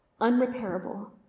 unrepairable